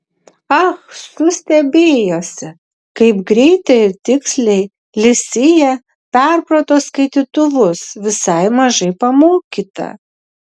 ah su stebėjosi kaip greitai ir tiksliai li sija perprato skaitytuvus visai mažai pamokyta